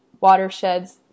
watersheds